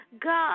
God